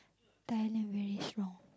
Thailand very strong